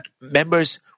members